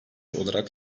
olarak